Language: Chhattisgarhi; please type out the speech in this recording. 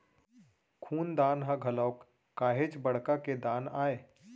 खून दान ह घलोक काहेच बड़का के दान आय